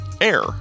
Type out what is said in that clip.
Air